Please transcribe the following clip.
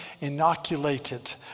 inoculated